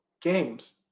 games